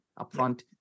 upfront